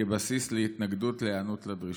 כבסיס להתנגדות להיענות לדרישות.